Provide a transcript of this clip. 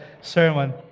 sermon